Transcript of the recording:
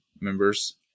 members